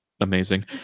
amazing